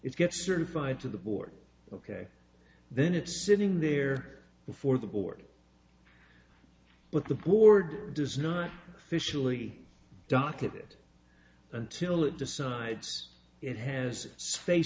if get certified to the board ok then it's sitting there before the board but the board does not officially docket it until it decides it has s